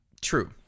True